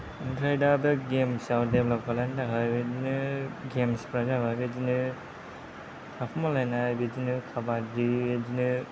ओमफ्राय दा बे गेम्साव डेभेलप खालायनो थाखाय बेबायदिनो गेम्सफ्रा जाबाय बेबादिनो थाखोमालायनाय बिदिनो खाबादि बिदिनो